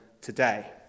today